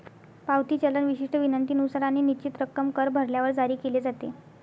पावती चलन विशिष्ट विनंतीनुसार आणि निश्चित रक्कम कर भरल्यावर जारी केले जाते